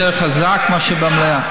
יותר חזק מאשר במליאה.